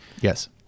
Yes